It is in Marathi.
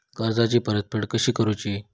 कर्जाची परतफेड कशी करूची?